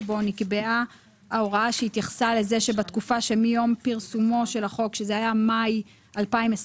שבו נקבעה ההוראה שהתייחסה לכך שמיום פרסומו של החוק במאי 2022,